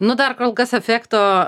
nu dar kol kas efekto